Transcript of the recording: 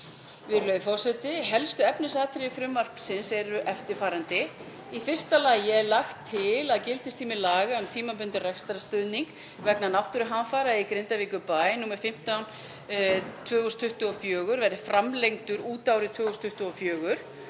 Virðulegur forseti. Helstu efnisatriði frumvarpsins eru eftirfarandi: Í fyrsta lagi er lagt til að gildistími laga um tímabundinn rekstrarstuðning vegna náttúruhamfara í Grindavíkurbæ, nr. 15/2024, verði framlengdur út árið 2024.